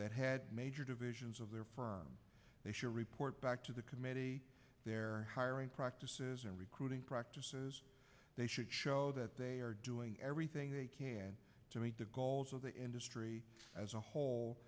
that had major divisions of their they should report back to the committee their hiring practices and recruiting practices they should show that they are doing everything to meet the goals of the industry as a whole